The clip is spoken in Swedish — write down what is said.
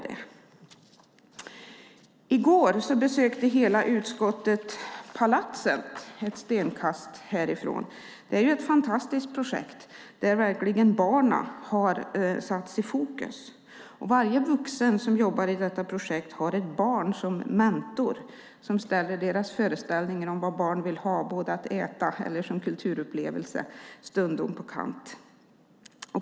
I går besökte hela utskottet Palatset ett stenkast härifrån. Det är ett fantastiskt projekt, där barnen har satts i fokus. Varje vuxen som jobbar i detta projekt har ett barn som mentor som ställer deras föreställningar om vad barn vill ha, både att äta och att ha som kulturupplevelse, stundom på kant.